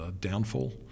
downfall